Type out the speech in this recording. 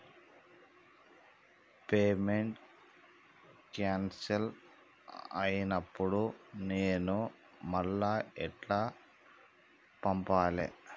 Payment cancel అయినపుడు నేను మళ్ళా ఎట్ల పంపాలే?